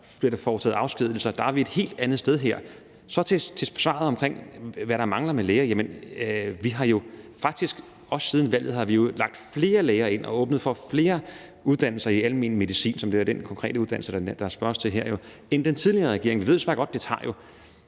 Der er vi et helt andet sted her. Med hensyn til hvad der mangler i forhold til læger: Vi har jo faktisk også siden valget sat flere læger ind og åbnet for flere uddannelser i almen medicin, som er den konkrete uddannelse, der spørges til her, end den tidligere regering. Jeg ved desværre godt, at det jo